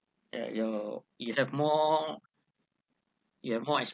ya your you have more you have more